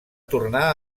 tornar